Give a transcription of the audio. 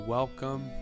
Welcome